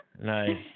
nice